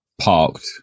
parked